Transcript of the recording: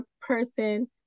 person